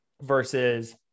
versus